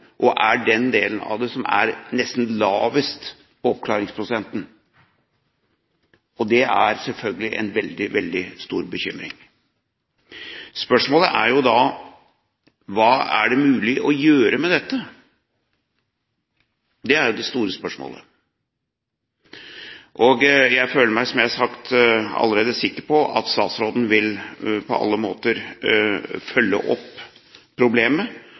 og er den delen av det som har nesten lavest oppklaringsprosent. Det er selvfølgelig en veldig stor bekymring. Spørsmålet er da: Hva er det mulig å gjøre med dette? Det er jo det store spørsmålet. Jeg føler meg, som jeg har sagt, allerede sikker på at statsråden på alle måter vil følge opp problemet,